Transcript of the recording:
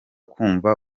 kumva